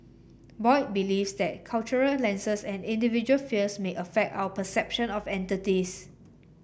boy believes that cultural lenses and individual fears may affect our perception of entities